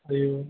ಅಯ್ಯೊ